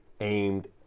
aimed